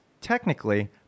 technically